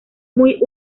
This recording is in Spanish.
muy